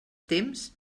temps